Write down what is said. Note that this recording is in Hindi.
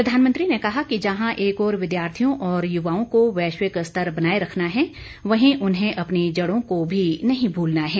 प्रधानमंत्री ने कहा कि जहां एक ओर विद्यार्थियों और युवाओं को वैश्विक स्तर बनाए रखना है वहीं उन्हें अपनी जड़ों को भी नहीं भूलना है